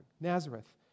Nazareth